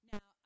Now